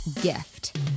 gift